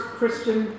Christian